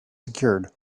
secured